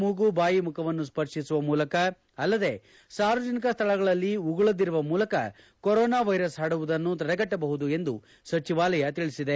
ಮೂಗು ಬಾಯಿ ಮುಖವನ್ನು ಸ್ವರ್ತಿಸುವ ಮೂಲಕ ಅಲ್ಲದೆ ಸಾರ್ವಜನಿಕ ಸ್ವಳಗಳಲ್ಲಿ ಉಗುಳದಿರುವ ಮೂಲಕ ಕೊರೊನಾ ವೈರಸ್ ಪರಡುವುದನ್ನು ತಡೆಗಟ್ಟಬಹುದು ಎಂದು ಸಚಿವಾಲಯ ತಿಳಿಸಿದೆ